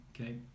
okay